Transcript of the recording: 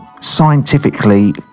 scientifically